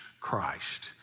Christ